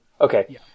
Okay